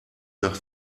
nach